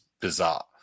bizarre